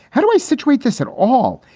how do i situate this at all?